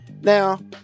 Now